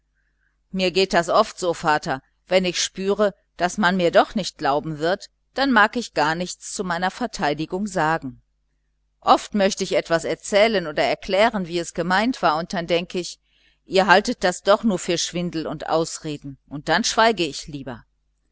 mir geht das oft so vater wenn ich spüre daß man mir doch nicht glauben wird dann mag ich gar nichts zu meiner verteidigung sagen oft möchte ich etwas erzählen oder erklären wie es gemeint war dann denke ich ihr haltet das doch nur für schwindel und ausreden und dann schweige ich lieber